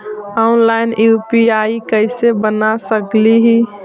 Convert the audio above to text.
Online UPI कैसे बना सकली ही?